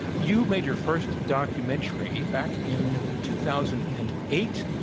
you made your first documentary back in two thousand and eight.